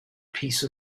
piece